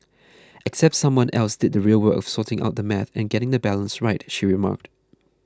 except someone else did the real work of sorting out the math and getting the balance right she remarked